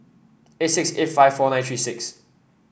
eight six eight five four nine three six